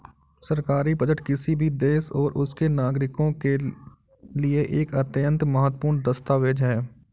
सरकारी बजट किसी भी देश और उसके नागरिकों के लिए एक अत्यंत महत्वपूर्ण दस्तावेज है